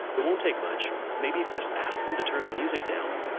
it won't take much maybe just ask them to turn the music down,